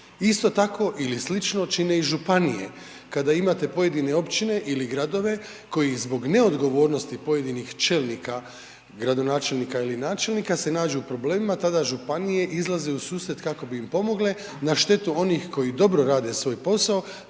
isto tako ili slično čine i županije, kada imate pojedine općine ili gradove koji zbog neodgovornosti pojedinih čelnika, gradonačelnika ili načelnika se nađu u problemima tada županije izlaze u susret kako bi im pomogle na štetu onih koji dobro rade svoj posao